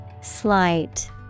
Slight